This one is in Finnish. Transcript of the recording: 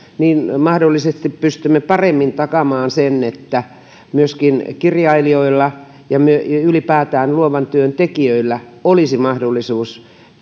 niin sen lisäksi mahdollisesti pystymme paremmin takaamaan sen että kirjailijoilla ja ylipäätään luovan työn tekijöillä olisi mahdollisuus